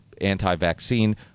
anti-vaccine